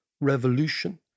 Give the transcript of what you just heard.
revolution